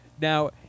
now